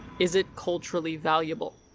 is it culturally valuable?